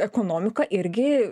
ekonomika irgi